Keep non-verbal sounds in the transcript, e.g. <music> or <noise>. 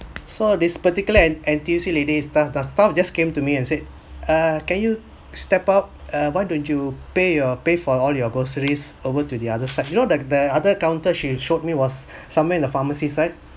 so this particular N N_T_U_C ladies does does stop and just came to me and said ah can you step up uh why don't you pay your pay for all your groceries over to the other side you know the the other counter she showed me was <breath> somewhere in the pharmacy side